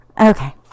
Okay